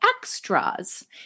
extras